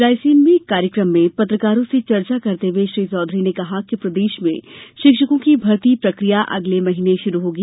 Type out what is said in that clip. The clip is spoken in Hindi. रायसेन में एक कार्यक्रम में पत्रकारों से चर्चा करते हुए श्री चौधरी ने कहा कि प्रदेश में शिक्षकों की भर्ती प्रक्रिया अगले महीने शुरू होगी